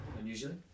Unusually